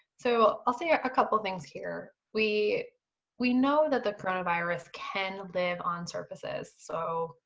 so, i'll say a couple things here. we we know that the coronavirus can live on surfaces, so,